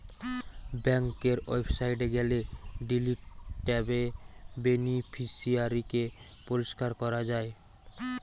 বেংকের ওয়েবসাইটে গেলে ডিলিট ট্যাবে বেনিফিশিয়ারি কে পরিষ্কার করা যায়